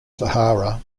sahara